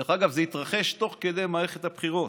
דרך אגב, זה התרחש תוך כדי מערכת הבחירות.